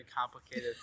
complicated